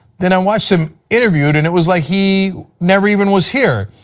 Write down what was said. then i watched him interviewed, and it was like he never even was here.